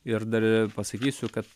ir dar pasakysiu kad